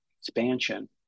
expansion